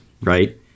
right